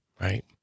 right